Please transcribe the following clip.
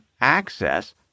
access